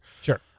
Sure